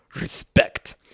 respect